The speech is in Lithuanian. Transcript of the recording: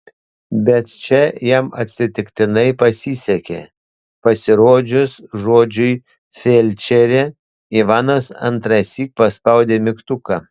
bet čia jam atsitiktinai pasisekė pasirodžius žodžiui felčerė ivanas antrąsyk paspaudė mygtuką